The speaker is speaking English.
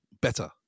better